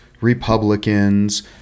Republicans